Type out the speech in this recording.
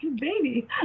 baby